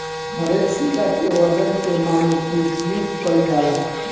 हरेक सिक्का के वजन के मानकीकृत कईल जाला